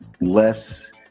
less